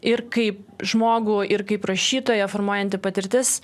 ir kaip žmogų ir kaip rašytoją formuojanti patirtis